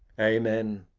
amen,